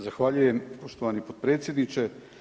Zahvaljujem poštovani potpredsjedniče.